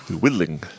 Whittling